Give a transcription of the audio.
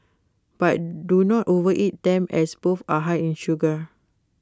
but do not overeat them as both are high in sugar